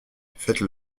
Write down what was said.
faites